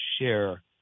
share